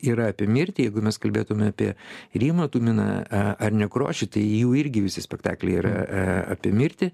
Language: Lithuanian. yra apie mirtį jeigu mes kalbėtume apie rimą tuminą a ar nekrošių tai jų irgi visi spektakliai yra a apie mirtį